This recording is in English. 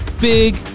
big